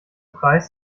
preis